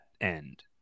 end